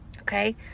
okay